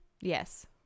Yes